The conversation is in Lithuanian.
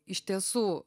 iš tiesų